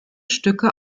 stücke